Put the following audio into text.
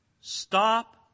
stop